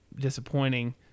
disappointing